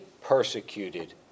persecuted